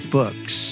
books